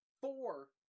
four